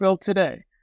today